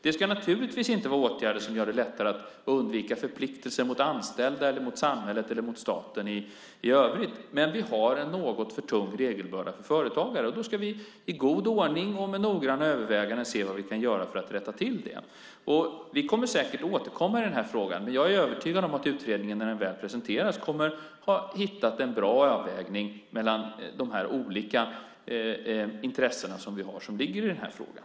Det ska naturligtvis inte vara åtgärder som gör det lättare att undvika förpliktelser mot anställda, samhället eller staten i övrigt, men vi har en något för tung regelbörda för företagare. Då ska vi i god ordning och med noggranna överväganden se vad vi kan göra för att rätta till det. Vi kommer säkert att återkomma i frågan, men jag är övertygad om att när utredningen väl presenteras kommer man att ha hittat en bra avvägning mellan de olika intressena som finns i frågan.